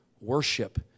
worship